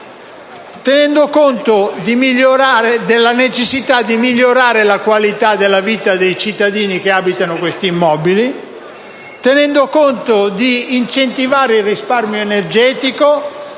tenendo conto della necessità di migliorare la qualità della vita dei cittadini che abitano questi immobili; tenendo conto della necessità di incentivare il risparmio energetico;